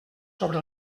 sobre